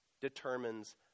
determines